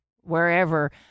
wherever